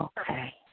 Okay